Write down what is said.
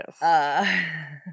Yes